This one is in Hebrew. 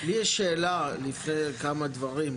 לי יש שאלה לפני כמה דברים,